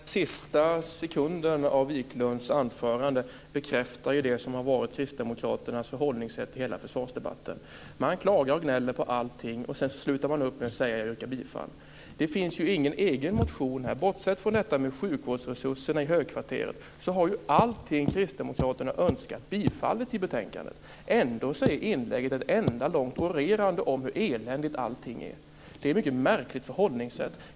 Herr talman! Den sista sekunden av Viklunds anförande bekräftar det som har varit kristdemokraternas förhållningssätt i hela försvarsdebatten. Man klagar och gnäller på allting, och sedan avslutar man med att säga: Jag yrkar bifall. Det finns ju ingen egen motion här! Bortsett från det här med sjukvårdsresurserna i högkvarteret så har allting som kristdemokraterna önskat bifallits i betänkandet. Ändå är inlägget ett enda långt orerande om hur eländigt allting är. Det är ett mycket märkligt förhållningssätt.